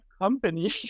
company